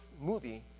movie